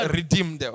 redeemed